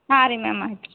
ಹಾಂ ರೀ ಮ್ಯಾಮ್ ಆಯ್ತು